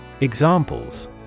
Examples